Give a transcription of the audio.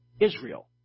Israel